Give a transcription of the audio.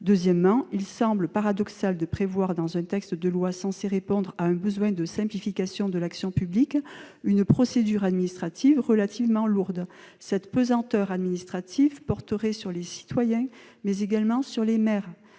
Deuxièmement, il semble paradoxal de prévoir, dans un projet de loi censé répondre à un besoin de simplification de l'action publique, une procédure administrative relativement lourde. Cette pesanteur administrative porterait sur les citoyens, mais également sur les maires